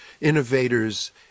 innovators